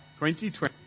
2020